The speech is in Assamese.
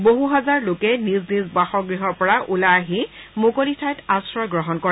বহু হাজাৰ লোকে নিজ নিজ বাসগৃহৰ পৰা ওলাই আহি মুকলি ঠাইত আশ্ৰয় গ্ৰহণ কৰে